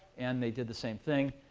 and they did the same thing.